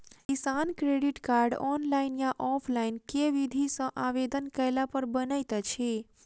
किसान credit card, online या offline केँ विधि सँ आवेदन कैला पर बनैत अछि?